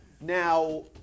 Now